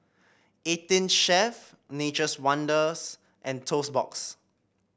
Eighteen Chef Nature's Wonders and Toast Box